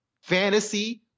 fantasy